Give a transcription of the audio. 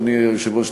אדוני היושב-ראש,